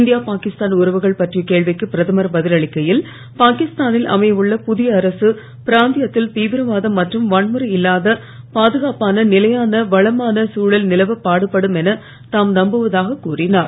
இந்திய பாகிஸ்தான் உறவுகள் பற்றிய கேள்விக்கு பிரதமர் பதில் அளிக்கையில் பாகிஸ்தா னில் அமையவுள்ள புதிய அரசு பிராந்தியத்தில் தீவிரவாதம் மற்றும் வன்முறை இல்லாத பா துகாப்பான நிலையான வனமான தழல் நிலவப் பாடுபடும் என தாம் நம்புவதாகக் கூறிஞர்